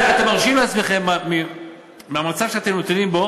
את זה אתם מרשים לעצמכם בגלל המצב שאתם נתונים בו,